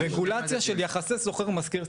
רגולציה של יחסי שוכר-משכיר.